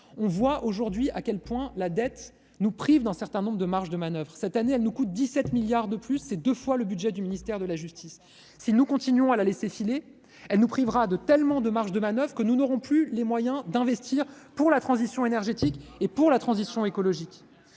On voit aujourd'hui à quel point la dette nous prive de marges de manoeuvre. Cette année, elle nous coûte 17 milliards d'euros de plus, l'équivalent du double du budget du ministère de la justice ! Si nous continuons à la laisser filer, elle nous privera tellement de marges de manoeuvre que nous n'aurons plus les moyens d'investir pour la transition énergétique et pour la transition écologique.